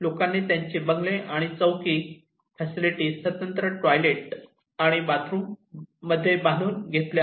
लोकांनी त्यांचे बंगले आणि चौकी फॅसिलिटी स्वतंत्र टॉयलेट आणि बाथरूम बांधून घेतले आहेत